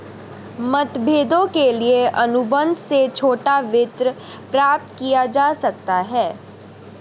मतभेदों के लिए अनुबंध से छोटा वित्त प्राप्त किया जा सकता है